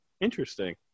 interesting